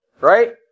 Right